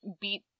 beat